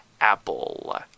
apple